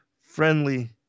friendly